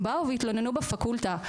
באו והתלוננו בפקולטה.